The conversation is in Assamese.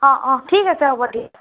অ অ ঠিক আছে হ'ব দিয়ক